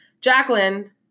Jacqueline